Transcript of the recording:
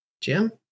jim